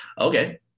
okay